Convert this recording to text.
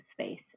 space